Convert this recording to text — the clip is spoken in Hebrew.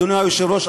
אדוני היושב-ראש,